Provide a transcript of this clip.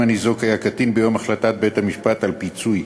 הניזוק היה קטין ביום החלטת בית-המשפט על תשלום הפיצוי.